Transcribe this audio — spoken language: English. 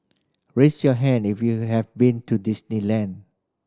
raise your hand if you have been to Disneyland